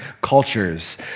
cultures